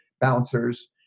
bouncers